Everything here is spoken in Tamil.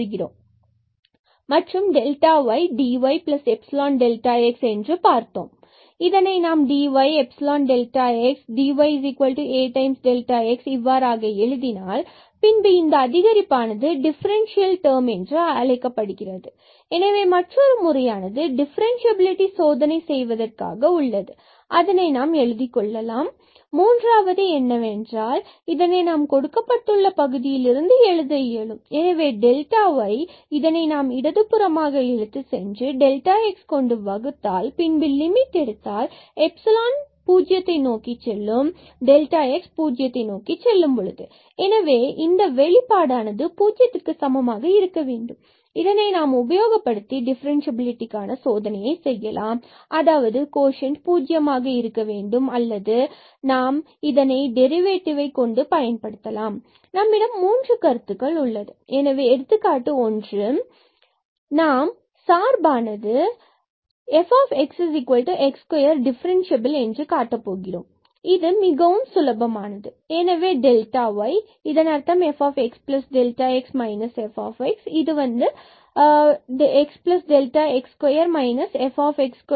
கூறுகிறோம் இவ்வாறு ydyϵx பார்த்தோம் இதனை நாம் dy and ϵx and the dyAΔx இவ்வாறாக எழுதினால் பின்பு இந்த அதிகரிப்பானது டிஃபரண்ட்சியபில் டெர்ம் என்று அழைக்கப்படுகிறது எனவே மற்றொரு முறையானது டிஃபிரன்ஸிபலிடி சோதனை செய்வதற்காக உள்ளது அதனை நாம் எழுதிக் கொள்ளலாம் மூன்றாவது என்னவென்றால் இதனை நாம் கொடுக்கப்பட்டுள்ள பகுதியிலிருந்து எழுத இயலும் எனவே டெல்டா y இதனை நாம் இடது புறமாக இழுத்து சென்று x வகுத்தால் பின்பு லிமிட் and x 0 எடுத்தால் epsilon 0 நோக்கி செல்கிறது எனவே இந்த வெளிப்பாடானது பூஜ்ஜியத்திற்க்கு சமமாக இருக்க வேண்டும் நாம் இதனை உபயோகப்படுத்தி டிபிரன்சியபிலிடி காண சோதனையை செய்யலாம் அதாவது கோஷண்டாக 0 இருக்க வேண்டும் அல்லது நாம் இதனை டெரிவேடிவ்க் கொண்டும் பயன்படுத்தலாம் நம்மிடம் மூன்று கருத்துக்கள் உள்ளது எனவே எடுத்துக்காட்டு ஒன்று நாம் சார்பானதுfx2 டிஃபரென்ஸ்சியபில் என்று காட்டப் போகிறோம் இது மிகவும் சுலபமானது எனவே y fxx fx fxxஇந்தப் பகுதி xx2 fx